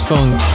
Funk